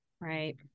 Right